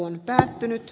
toinen varapuhemies